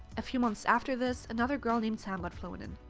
a few months after this, another girl named sam got flown in.